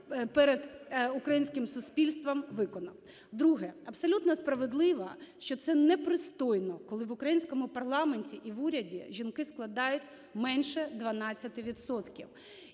перед українським суспільством виконав. Друге. Абсолютно справедливо, що це непристойно, коли в українському парламенті і в уряді жінки складають менше 12